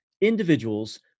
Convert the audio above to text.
individuals